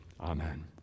Amen